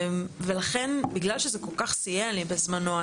ולכן בגלל שזה כל כך סייע לי בזמנו,